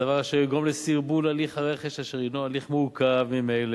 דבר אשר יגרום לסרבול הליך הרכש אשר הינו הליך מורכב ממילא